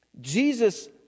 Jesus